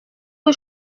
rue